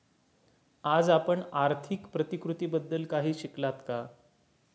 आज आपण आर्थिक प्रतिकृतीबद्दल काही शिकलात का?